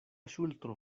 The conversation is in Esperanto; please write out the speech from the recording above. ŝultro